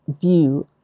view